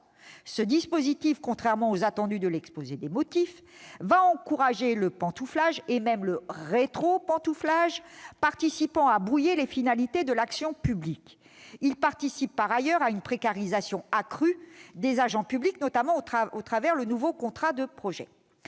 ce dispositif, contrairement aux attendus de l'exposé des motifs, va encourager le pantouflage, voire le rétropantouflage, participant à brouiller les finalités de l'action publique. Il participe par ailleurs à une précarisation accrue des agents publics, notamment au travers du nouveau contrat de projet.